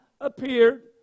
appeared